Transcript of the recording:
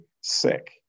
sick